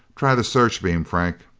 try the searchbeam, franck.